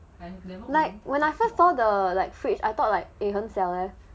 and like when I first saw the like fridge I thought like 很小 leh